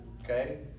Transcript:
Okay